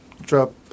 drop